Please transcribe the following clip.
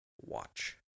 watch